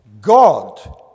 God